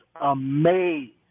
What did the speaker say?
amazed